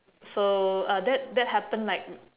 so uh that that happen like